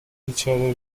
بیچاره